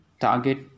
target